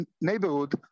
neighborhood